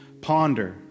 ponder